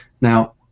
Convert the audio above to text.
Now